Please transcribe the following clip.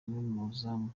n’umuzamu